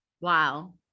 wow